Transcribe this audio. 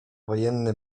wojenny